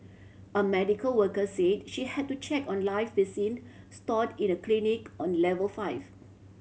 a medical worker said she had to check on live vaccine stored in a clinic on level five